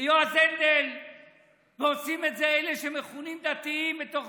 יועז הנדל ועושים את זה אלה שמכונים דתיים בתוך